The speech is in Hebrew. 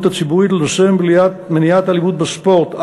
הציבורית לנושא מניעת אלימות בספורט,